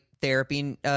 therapy